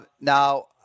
Now